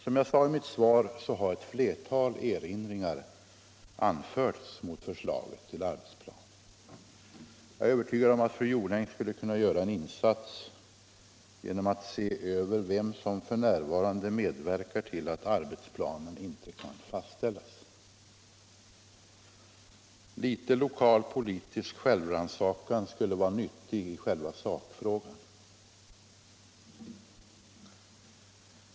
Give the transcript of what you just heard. Som jag sade i mitt svar har ett flertal erinringar gjorts mot förslaget till arbetsplan. Jag är övertygad om att fru Jonäng skulle kunna göra en insats genom att se på vem som f. n. medverkar till att arbetsplanen inte kan fastställas. Litet lokal politisk självrannsakan skulle vara nyttig i själva sakfrågan!